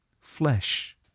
flesh